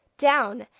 down,